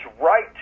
right